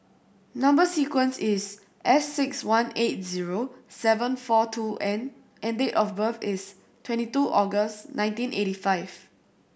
number sequence is S six one eight zero seven four two N and date of birth is twenty two August nineteen eighty five